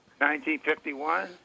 1951